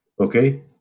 okay